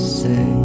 say